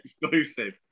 exclusive